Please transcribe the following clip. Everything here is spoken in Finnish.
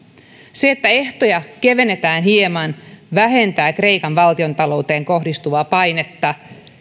se että ehtoja kevennetään hieman vähentää kreikan valtiontalouteen kohdistuvaa painetta